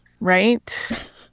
Right